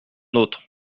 autre